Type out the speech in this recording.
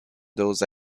those